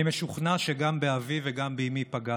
אני משוכנע שגם באבי וגם באימי פגעתי,